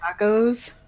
tacos